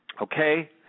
Okay